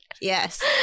Yes